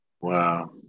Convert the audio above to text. Wow